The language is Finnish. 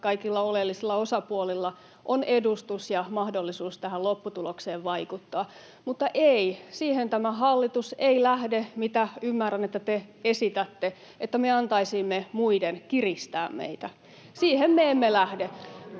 kaikilla oleellisilla osapuolilla on edustus ja mahdollisuus tähän lopputulokseen vaikuttaa. Mutta ei, siihen tämä hallitus ei lähde — mitä ymmärrän, että te esitätte — että me antaisimme muiden kiristää meitä.